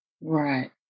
Right